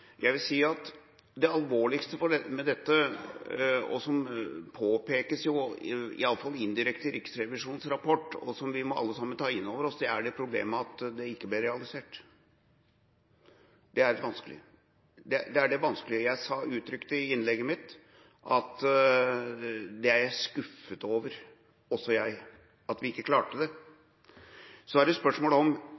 Jeg vil si at det alvorligste med dette – og som påpekes i alle fall indirekte i Riksrevisjonens rapport – og som vi alle sammen må ta inn over oss, er det problemet at det ikke ble realisert. Det er litt vanskelig. Det er det vanskelige. Jeg uttrykte i innlegget mitt at det er jeg skuffet over, også jeg – at vi ikke klarte det.